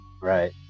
Right